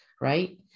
right